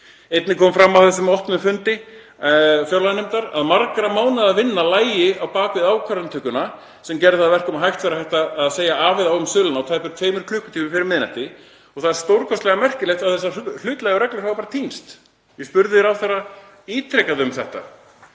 Einnig kom fram á þessum opna fundi fjárlaganefndar að margra mánaða vinna lægi á bak við ákvarðanatökuna sem gerði það að verkum að hægt væri að segja af eða á um sölu á tæpum tveimur klukkutímum fyrir miðnætti. Það er stórkostlega merkilegt að þessar hlutlægu reglur hafi bara týnst. Ég spurði ráðherra ítrekað um þetta